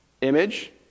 image